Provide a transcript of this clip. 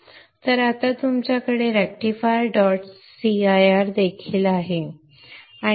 तर आता तुमच्याकडे रेक्टिफायर डॉट सीर देखील आहे